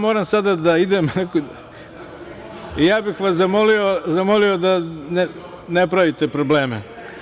Moram sada da idem, ja bih vas zamolio da ne pravite probleme.